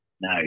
No